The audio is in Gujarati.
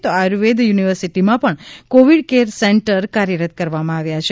તો આયુર્વેદ યુનિવર્સીટીમાં પણ કોવિડ કેર સેન્ટર કાર્યરત કરવામાં આવેલ છે